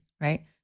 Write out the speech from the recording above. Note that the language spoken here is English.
right